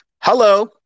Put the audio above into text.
Hello